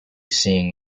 seeing